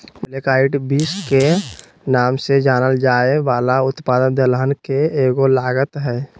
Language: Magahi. ब्लैक आईड बींस के नाम से जानल जाये वाला उत्पाद दलहन के एगो लागत हई